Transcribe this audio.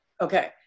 Okay